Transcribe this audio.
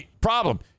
problem